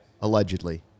Allegedly